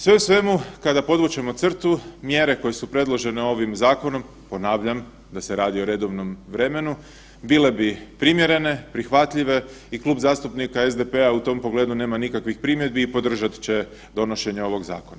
Sve u svemu kada podvučemo crtu, mjere koje su predložene ovim zakonom, ponavljam da se radi o redovnom vremenu bile bi primjerene, prihvatljive i Klub zastupnika SDP-a u tom pogledu nema nikakvih primjedbi i podržat će donošenje ovog zakona.